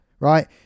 right